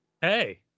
hey